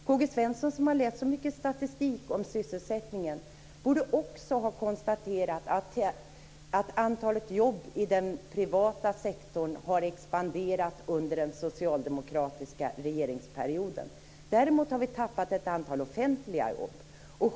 K-G Svenson som har läst så mycket statistik om sysselsättningen borde också ha konstaterat att antalet jobb i den privata sektorn har expanderat under den socialdemokratiska regeringsperioden. Däremot har vi tappat ett antal offentliga jobb.